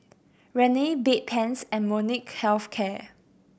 Rene Bedpans and Molnylcke Health Care